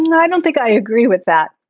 and i don't think i agree with that.